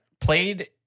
played